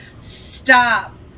stop